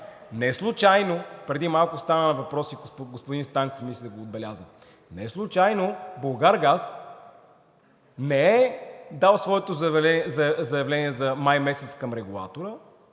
все по-нелепо. Преди малко стана на въпрос и господин Станков, мисля, го отбеляза, че неслучайно „Булгаргаз“ не е дал своето заявление за май месец към регулатора,